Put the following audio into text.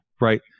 right